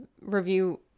review